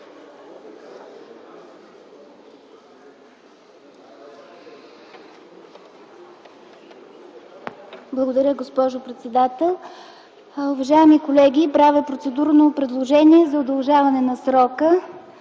Благодаря, госпожо председател. Уважаеми колеги, правя процедурно предложение за удължаване на срока